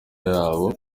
yabo